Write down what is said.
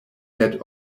head